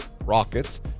rockets